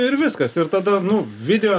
ir viskas ir tada nu video